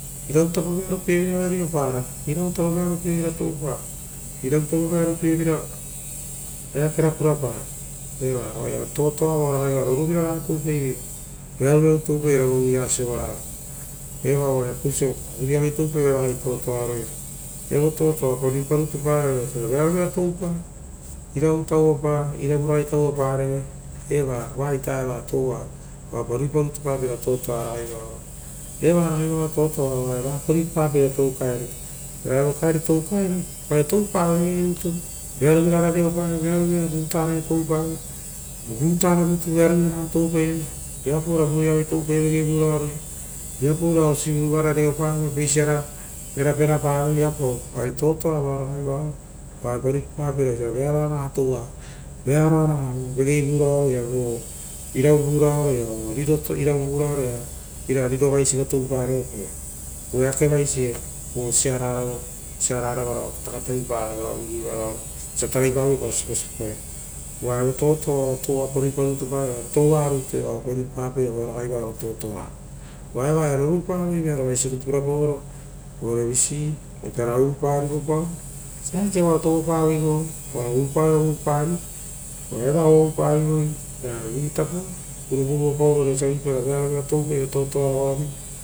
Irava tapo vearo pievira ora reopara iravuta po vearo pievira toupa oo eakero purapao oa vovioraga toupaivera vearopievira toupaoro iueva sovararo. Ragao totoaroia evo toto oapa ruipa rutu para veira osira iravu tapo toupa eravu tauva paro oapa ruita rutu papeira eva toua. Evapa ruiparu tapapeira totoa toa kaeri ovare eva toukaeri oaia vearovira ora reopavivera, vearovira vutaraia toupave ovavutara rutu ia eva toupaive veapasiri oisivu ora reopavio ora verapaoro viapau ari totoa vao vivaro oapa ruipapa pere toua. Vearoaraga vo vegei vovuraro ia oo irava vuraroia ira riro vaisiva toupare oeake vaisi vo siarara ia katakatai para osia tarai pavoepao siposipoaia ova re totoa evo tou rutu pa ruipapapeira osiora oisi toupave oaia rorupavoi vearo vaisi purapaoro vovisi aue parivopa ravitapo rugorugo pao oisio osia avui pai ra toupai ve totoa.